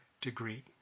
degree